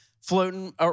floating